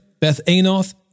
Bethanoth